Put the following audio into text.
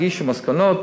הגישו מסקנות,